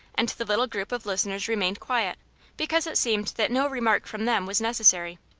and the little group of listeners remained quiet because it seemed that no remark from them was necessary.